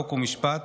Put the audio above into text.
חוק ומשפט,